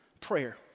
prayer